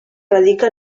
radica